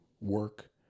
work